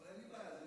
אין לי בעיה.